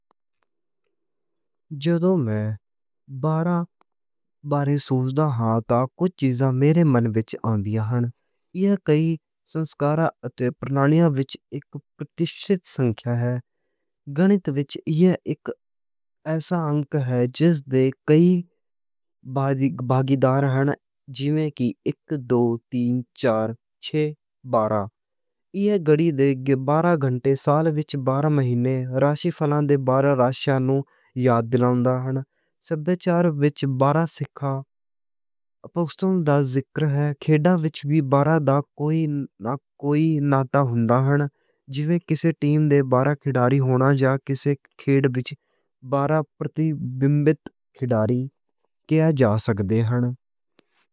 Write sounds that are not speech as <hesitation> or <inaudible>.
جدوں میں بارہ بارے سوچدا ہاں، تاں کچھ چیزاں میرے من وچ آندیاں ہن۔ اے کئی سنسکاراں اتے پرانیاں وچ اک پرتشٹھت سنکھیا اے۔ گنِت وچ اے اک ایسا انک اے۔ جس دے کئی <hesitation> بھاگیدار ہن۔ جیوں کہ اک، دو، تین، چار، چھے، بارہ۔ اے گھڑی دے بارہ گھنٹے، سال وچ بارہ مہینے، راشی فلّاں دے بارہ راشیاں نوں یاد دِلاوندا ہن۔ سبدھے چار وچ بارہ سکھاں <hesitation> اپکس٘تم دا ذکر اے، کھیل وچ وی بارہ دا کوئی ناتا ہوندا ہن۔ جیوں کسے ٹیم دے بارہ کھلاڑی ہونا۔ جا کسے کھیل وچ بارہ متبادل کھلاڑی کیتے جا سکدے ہن۔